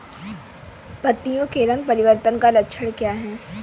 पत्तियों के रंग परिवर्तन का लक्षण क्या है?